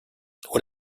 would